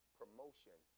promotion